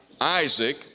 Isaac